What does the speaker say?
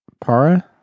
para